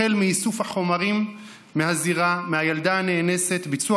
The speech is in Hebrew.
מאיסוף החומרים מהזירה, מהילדה הנאנסת, ביצוע